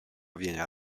viene